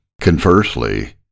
Conversely